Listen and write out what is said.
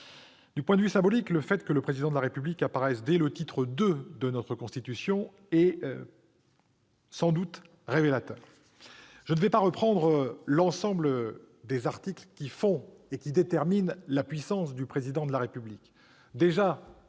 Du point de vue symbolique, le fait que le Président de la République apparaisse dès le titre II de notre Constitution est sans doute révélateur. Je ne vais pas citer l'ensemble des articles qui montrent sa puissance, mais je rappelle que